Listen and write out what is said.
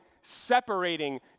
separating